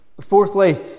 Fourthly